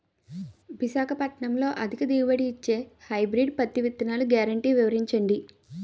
విశాఖపట్నంలో అధిక దిగుబడి ఇచ్చే హైబ్రిడ్ పత్తి విత్తనాలు గ్యారంటీ వివరించండి?